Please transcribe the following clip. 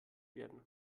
werden